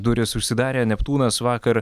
durys užsidarė neptūnas vakar